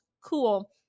Cool